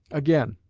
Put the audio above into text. again,